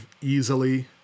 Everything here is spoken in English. easily